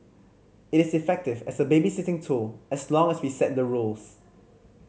it is effective as a babysitting tool as long as we set the rules